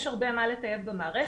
יש הרבה מה לטייב במערכת,